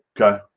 Okay